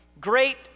great